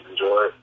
enjoy